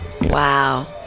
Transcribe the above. Wow